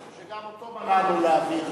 שגם אותו מנענו מלהעביר.